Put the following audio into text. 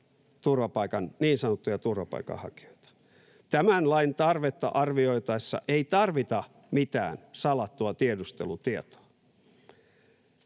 tuhansia niin sanottuja turvapaikanhakijoita. Tämän lain tarvetta arvioitaessa ei tarvita mitään salattua tiedustelutietoa.